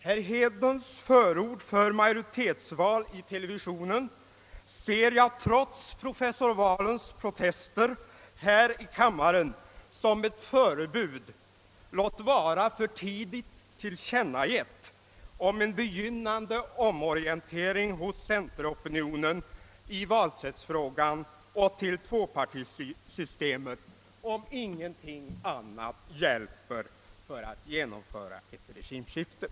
Herr Hedlunds förord 1 televisionen för majoritetsval ser jag, trots professor Wahlunds protester här i kammaren, som ett förebud, låt vara för tidigt tillkännagivet, om en begynnande omorientering hos centeropinionen i valsättsfrågan och till tvåpartisystemet, om ingenting annat hjälper för att genomföra ett regimskifte.